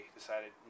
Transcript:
decided